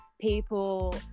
people